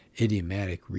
idiomatic